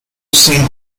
saint